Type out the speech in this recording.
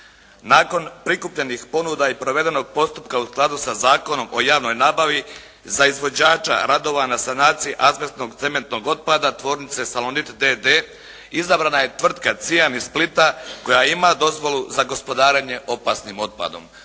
Nakon prikupljenih ponuda i provedenog postupka u skladu sa Zakonom o javnoj nabavi za izvođača radova na sanaciji azbestnog cementnog otpada tvornice “Salonit“ d.d. izabrana je tvrtka “Cijan“ iz Splita koja ima dozvolu za gospodarenje opasnim otpadom.